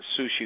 sushi